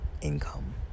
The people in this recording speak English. income